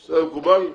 מקובל?